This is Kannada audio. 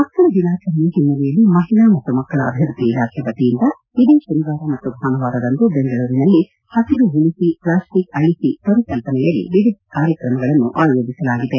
ಮಕ್ಕಳ ದಿನಾಚರಣೆ ಹಿನ್ನೆಲೆಯಲ್ಲಿ ಮಹಿಳಾ ಮತ್ತು ಮಕ್ಕಳ ಅಭಿವೃದ್ದಿ ಇಲಾಖೆ ವತಿಯಿಂದ ಇದೇ ಶನಿವಾರ ಮತ್ತು ಭಾನುವಾರದಂದು ಬೆಂಗಳೂರಿನಲ್ಲಿ ಹಸಿರು ಉಳಿಸಿ ಪ್ಲಾಸ್ಟಿಕ್ ಅಳಿಸಿ ಪರಿಕಲ್ಪನೆಯಡಿ ವಿವಿಧ ಕಾರ್ಯಕ್ರಮಗಳನ್ನು ಆಯೋಜಿಸಲಾಗಿದೆ